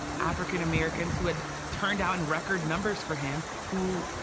african americans who had turned out in record numbers for him, who,